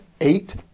eight